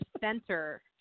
center